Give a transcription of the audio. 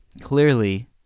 clearly